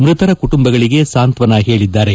ಮೃತರ ಕುಟುಂಬಗಳಿಗೆ ಸಾಂತ್ವನ ಹೇಳಿದ್ದಾರೆ